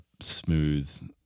smooth